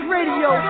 Radio